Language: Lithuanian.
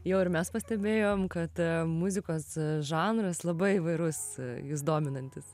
jau ir mes pastebėjom kad muzikos žanras labai įvairus jus dominantis